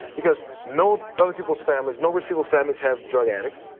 because no other people's families, no rich people's families have drug addicts,